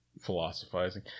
philosophizing